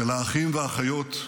של האחים והאחיות,